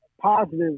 positive